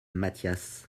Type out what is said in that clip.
mathias